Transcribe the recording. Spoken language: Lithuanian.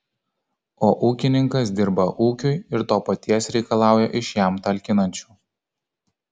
o ūkininkas dirba ūkiui ir to paties reikalauja iš jam talkinančių